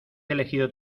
elegido